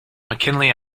mckinley